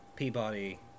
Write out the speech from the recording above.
Peabody